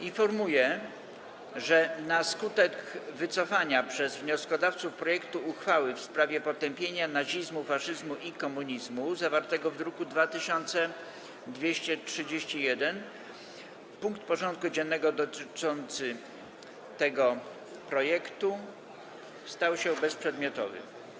Informuję, że na skutek wycofania przez wnioskodawców projektu uchwały w sprawie potępienia nazizmu, faszyzmu i komunizmu, zawartego w druku nr 2231, punkt porządku dziennego dotyczący tego projektu stał się bezprzedmiotowy.